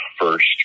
first